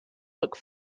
look